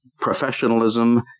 Professionalism